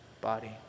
body